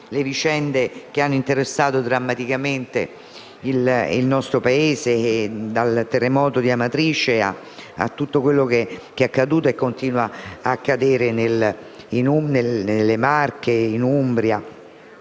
le vicende che hanno interessato drammaticamente il nostro Paese, dal terremoto di Amatrice a tutto quello che è accaduto e continua ad accadere nelle Marche e in Umbria,